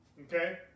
Okay